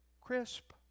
crisp